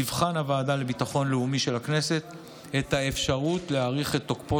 תבחן הוועדה לביטחון לאומי של הכנסת את האפשרות להאריך את תוקפו